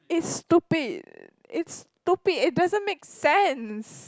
it's stupid it's stupid it doesn't make sense